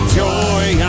joy